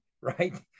right